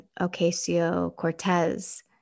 Ocasio-Cortez